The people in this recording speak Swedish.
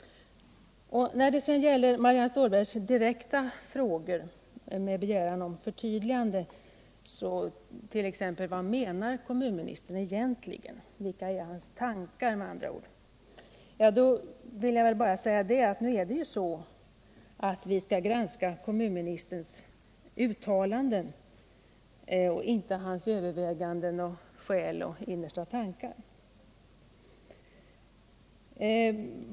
Marianne Stålberg ställde några direkta frågor med begäran om förtydliganden av typen: Vad menar kommunministern egentligen? Vilka är med andra ord hans tankar? Nu är det emellertid så att vi skall granska kommunministerns uttalanden, inte hans överväganden, skäl och innersta tankar.